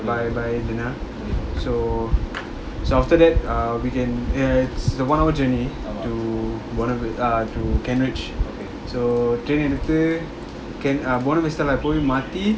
by by dinner so so after that err we can it's a one hour journey to buona v~ err to cambridge so buona vista மாத்தி:mathi